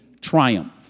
triumph